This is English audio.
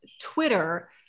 Twitter